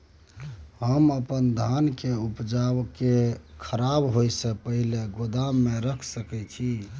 हम अपन धान के उपजा के खराब होय से पहिले ही गोदाम में रख सके छी?